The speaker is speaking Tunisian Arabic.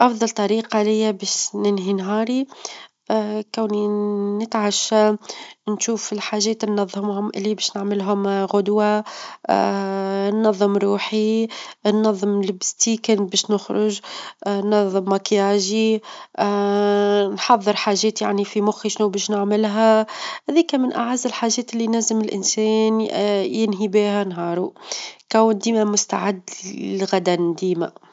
أفظل طريقة ليا باش ننهي نهاري كوني نتعشى، نشوف الحاجات ننظمهم اللي باش نعملهم غدوة، ننظم روحي، ننظم لبستى كان باش نخرج، ننظم مكياجي، نحظر حاجات يعني في مخي شنو باش نعملها، هاذيك من أعز الحاجات اللي لازم الإنسان ينهي بها نهارو، كون ديما مستعد لغدًا ديما.